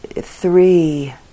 three